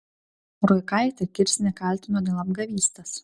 ruikaitė kirsnį kaltino dėl apgavystės